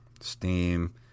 Steam